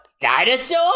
Dinosaur